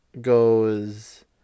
Goes